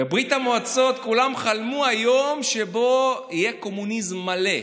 בברית המועצות כולם חלמו על היום שבו יהיה קומוניזם מלא,